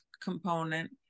component